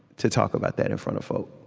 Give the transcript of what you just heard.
to talk about that in front of folk,